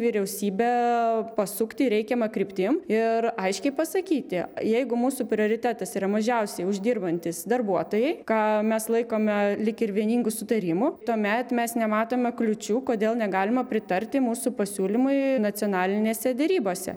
vyriausybę pasukti reikiama kryptim ir aiškiai pasakyti jeigu mūsų prioritetas yra mažiausiai uždirbantys darbuotojai ką mes laikome lyg ir vieningu sutarimu tuomet mes nematome kliūčių kodėl negalima pritarti mūsų pasiūlymui nacionalinėse derybose